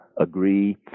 agree